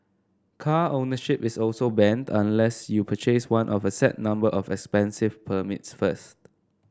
car ownership is also banned unless you purchase one of a set number of expensive permits first